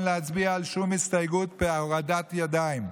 להצביע על שום הסתייגות בהורדת ידיים.